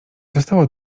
została